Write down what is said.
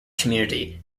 community